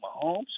Mahomes